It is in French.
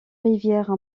rivières